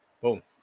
Boom